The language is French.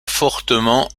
fortement